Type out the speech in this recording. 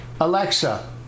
Alexa